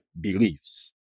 beliefs